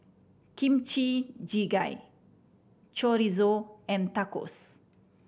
Kimchi Jjigae Chorizo and Tacos